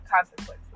consequences